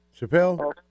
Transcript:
Chappelle